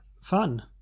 Fun